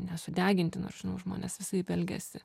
nesudeginti nu aš žinau žmonės visaip elgiasi